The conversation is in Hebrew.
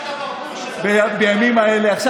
עכשיו,